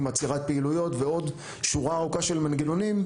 עצירת פעילויות ועוד שורה ארוכה של מנגנונים,